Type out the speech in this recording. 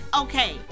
okay